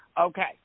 okay